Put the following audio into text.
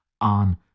on